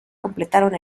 completaron